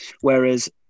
Whereas